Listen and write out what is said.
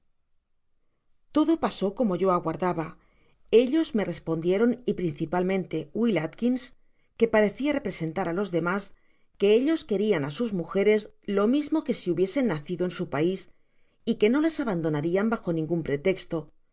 todo pasó como yo aguardaba ellos me respondieron y principalmente will atkins que parecía representar á los demas que ellos querian á sus mujeres lo mismo que si hubiesen naeido en su pais y que no las abandonarían bajo ningun pretesto